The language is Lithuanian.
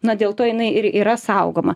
na dėl to jinai ir yra saugoma